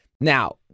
Now